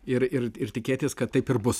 ir ir ir tikėtis kad taip ir bus